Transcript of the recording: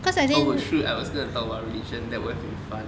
oh shoot I was gonna talk about religion that would have been fun